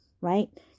right